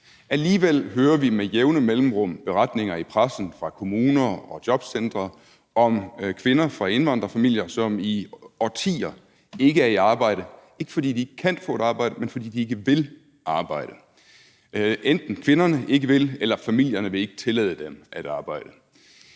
Alligevel hører vi med jævne mellemrum beretninger i pressen fra kommuner og jobcentre om kvinder fra indvandrerfamilier, som i årtier ikke er i arbejde – ikke fordi de ikke kan få et arbejde, men fordi de ikke vil arbejde. Enten er det kvinderne, der ikke vil, eller familierne, der ikke vil tillade dem at arbejde.